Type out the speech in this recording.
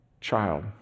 child